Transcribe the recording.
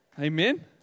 Amen